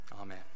amen